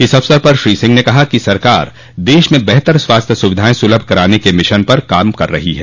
इस अवसर पर श्री सिंह ने कहा कि सरकार देश में बेहतर स्वास्थ्य सुविधाएं सुलभ कराने के मिशन पर काम कर रही है